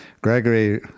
Gregory